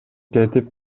кетип